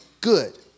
Good